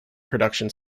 production